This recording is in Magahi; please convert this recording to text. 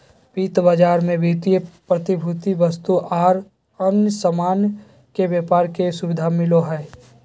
वित्त बाजार मे वित्तीय प्रतिभूति, वस्तु आर अन्य सामान के व्यापार के सुविधा मिलो हय